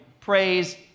Praise